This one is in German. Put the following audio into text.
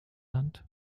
land